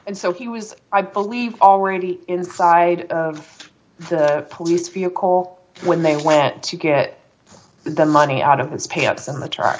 and so he was i believe already inside the police vehicle when they went to get the money out of his pants and